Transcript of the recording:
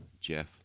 Jeff